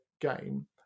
game